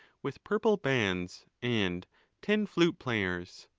with purple bands, and ten flute-players.